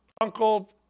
uncle